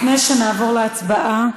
לפני שנעבור להצבעה,